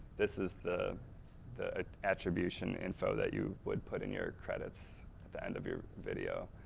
this is the the ah attribution info that you would put in your credits at the end of your video.